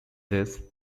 this